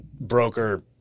broker